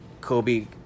Kobe